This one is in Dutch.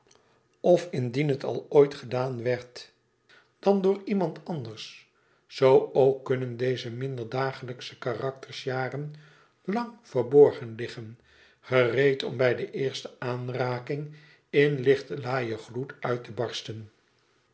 of indien het al ooit gedaan werd dan door iemand anders zoo ook kunnen deze minder dagelijksche karakters jaren lang verborgen liggen gereed om bij de eerste aanraking in lichtelaaien gloed uit te barsten